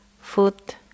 foot